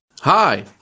Hi